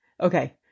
okay